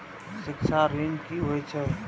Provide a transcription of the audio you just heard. शिक्षा ऋण की होय छै?